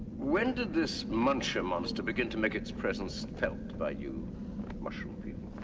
when did this muncher monster begin to make its presence felt by you mushroom people?